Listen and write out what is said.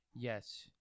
Yes